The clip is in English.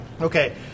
Okay